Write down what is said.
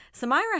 Samira